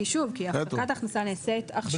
כי הפקת ההכנסה נעשית עכשיו.